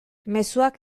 mezuak